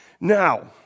Now